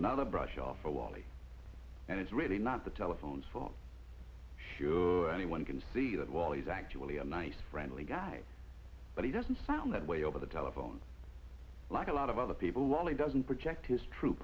another brushoff or wally and it's really not the telephone for sure anyone can see that well he's actually a nice friendly guy but he doesn't sound that way over the telephone like a lot of other people ali doesn't project his true